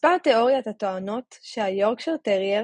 מספר תאוריות הטוענות שהיורקשייר טרייר